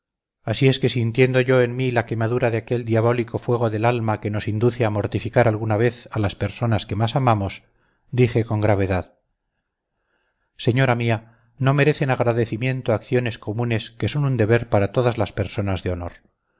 así es que sintiendo yo en mí la quemadura de aquel diabólico fuego del alma que nos induce a mortificar alguna vez a las personas que más amamos dije con gravedad señora mía no merecen agradecimiento acciones comunes que son un deber para todas las personas de honor